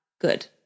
good